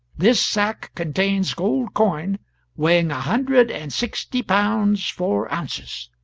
this sack contains gold coin weighing a hundred and sixty pounds four ounces